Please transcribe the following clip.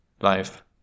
life